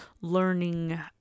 learning